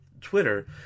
Twitter